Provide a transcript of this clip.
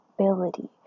ability